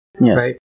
Yes